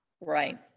Right